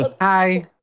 Hi